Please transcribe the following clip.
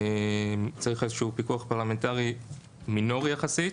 צריך פיקוח פרלמנטרי מינורי יחסית.